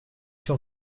sur